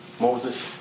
Moses